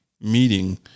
meeting